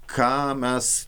ką mes